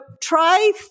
try